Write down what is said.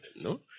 no